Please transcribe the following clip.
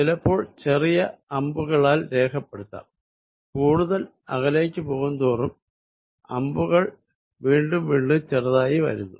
ചിലപ്പോൾ ചെറിയ അമ്പുകളാൽ രേഖപ്പെടുത്താം കൂടുതൽ അകലേക്ക് പോകും തോറും അമ്പുകൾ വീണ്ടും ചെറുതായി വരുന്നു